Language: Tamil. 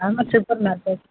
ஆமாம் சூப்பர் மார்கெட்